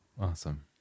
awesome